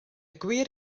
gwir